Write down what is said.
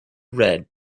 read